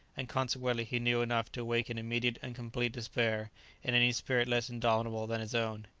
and consequently he knew enough to awaken immediate and complete despair in any spirit less indomitable than his own.